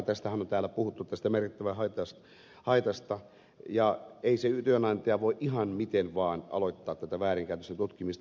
täällä on puhuttu tästä merkittävästä haitasta ja ei se työnantaja voi ihan miten vaan aloittaa tätä väärinkäytösten tutkimista